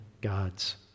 God's